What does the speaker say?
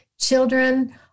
children